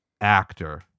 actor